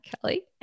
Kelly